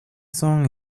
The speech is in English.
song